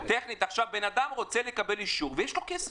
אדם רוצה לקבל אישור ויש לו כסף.